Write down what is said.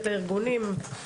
את הארגונים,